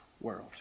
world